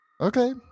Okay